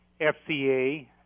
FCA